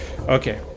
Okay